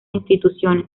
instituciones